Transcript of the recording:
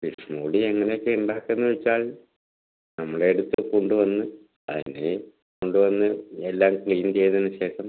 fish molee എങ്ങനയൊക്കെയാണ് ഉണ്ടാക്കുന്നതെന്ന് വച്ചാൽ നമ്മളുടെ അടുത്ത് കൊണ്ടുവന്ന് അതിനെ കൊണ്ടുവന്ന് എല്ലാം ക്ലീൻ ചെയ്തതിന് ശേഷം